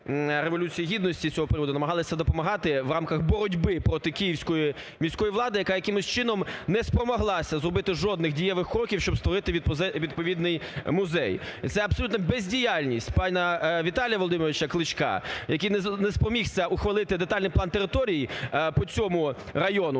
Революції Гідності. З цього приводу намагалися допомагати в рамках боротьби проти Київської міської влади, яка якимось чином не спромоглася зробити жодних дієвих кроків, щоб створити відповідний музей. І це абсолютна бездіяльність пана Віталія Володимировича Кличка, який не спромігся ухвалити детальний план території по цьому району,